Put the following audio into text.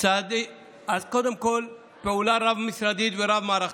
קודם כול פעולה רב-משרדית ורב-מערכתית.